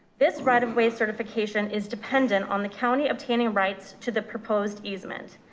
this right of way certification is dependent on the county obtaining rights to the proposed easement.